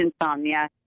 insomnia